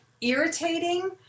irritating